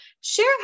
share